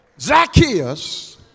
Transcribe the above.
Zacchaeus